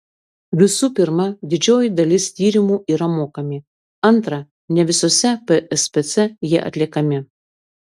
visų pirma didžioji dalis tyrimų yra mokami antra ne visose pspc jie atliekami